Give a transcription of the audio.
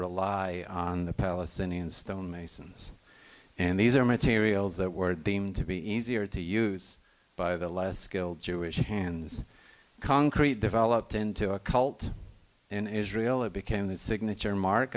rely on the palestinian stonemasons and these are materials that were deemed to be easier to use by the less skilled jewish hands concrete developed into a cult in israel that became the signature mark